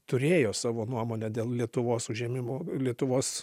turėjo savo nuomonę dėl lietuvos užėmimo lietuvos